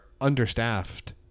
understaffed